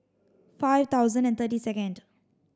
five thousand and thirty second